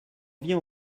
viens